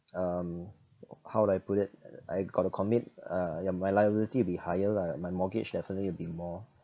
um how do I put it I I got to commit uh ya my liability will be higher lah my mortgage definitely will be more